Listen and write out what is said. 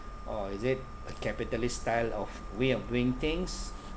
or is it a capitalist style of way of doing things